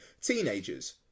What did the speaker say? teenagers